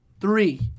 Three